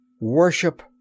Worship